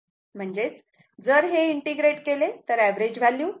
म्हणजेच जर हे इंटिग्रेट केले तर एव्हरेज व्हॅल्यू